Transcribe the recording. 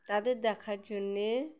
তাদের দেখার জন্যে